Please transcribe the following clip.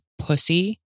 pussy